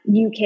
uk